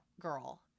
girl